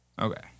Okay